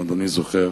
אם אדוני זוכר?